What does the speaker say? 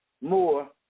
more